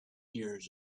years